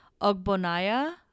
Ogbonaya